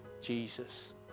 Jesus